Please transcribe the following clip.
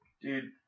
Dude